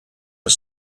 are